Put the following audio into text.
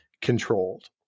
controlled